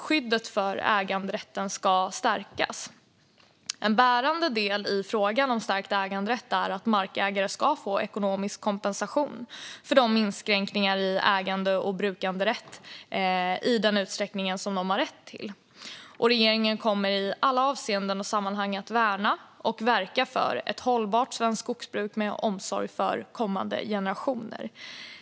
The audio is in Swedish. Skyddet för äganderätten ska stärkas. En bärande del i frågan om stärkt äganderätt är att markägare ska få ekonomisk kompensation för inskränkningar i ägande och brukanderätt i den utsträckning som de har rätt till. Regeringen kommer i alla avseenden och sammanhang att värna och verka för ett hållbart svenskt skogsbruk med omsorg för kommande generationer.